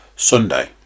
Sunday